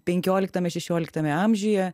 penkioliktame šešioliktame amžiuje